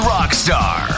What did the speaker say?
Rockstar